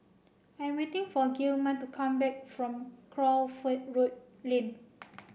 I am waiting for Gilman to come back from Crawford Road Lane